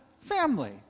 family